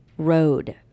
Road